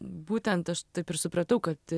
būtent aš taip ir supratau kad